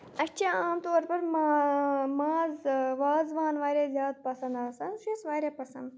اَسہِ چھِ عام طور پَر ما ماز وازوان واریاہ زیادٕ پَسنٛد آسان سُہ چھِ اَسہِ واریاہ پَسنٛد